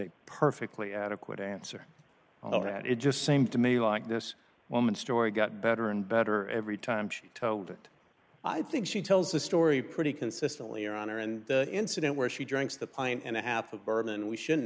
it perfectly adequate answer that it just seemed to me like this woman's story got better and better every time she told it i think she tells the story pretty consistently around her and the incident where she drinks the plane and a happy birthday and we shouldn't